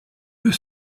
were